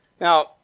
Now